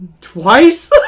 Twice